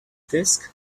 desk